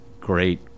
great